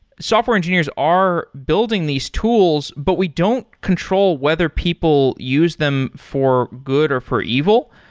software engineers are building these tools, but we don't control whether people use them for good or for evil.